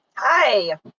Hi